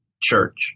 church